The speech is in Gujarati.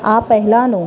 આ પહેલાનું